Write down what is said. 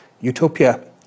utopia